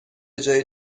جای